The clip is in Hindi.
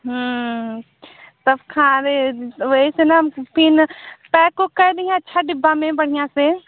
हम्म तब का है वहीँ से ना पैक वैक कर दी ओ अच्छा डिब्बा में बढ़िया से